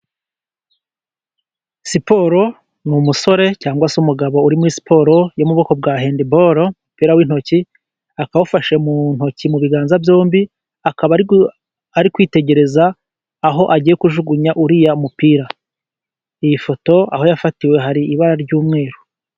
Siporo, ni umusore cyangwa se umugabo uri muri siporo yo mu bwoko bwa handiboro, umupira w'intoki, akaba awufashe mu ntoki mu biganza byombi, akaba ari kwitegereza aho agiye kujugunya uriya mupira. Iyi foto aho yafatiwe hari ibara ry'umweru.